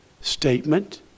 statement